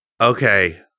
Okay